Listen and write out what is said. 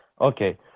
okay